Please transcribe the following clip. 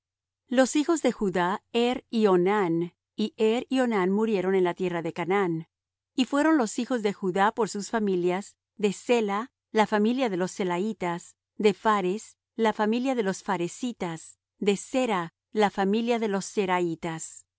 los hijos de judá er y onán y er y onán murieron en la tierra de canaán y fueron los hijos de judá por sus familias de sela la familia de los selaitas de phares la familia de los pharesitas de zera la familia de los zeraitas